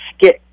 get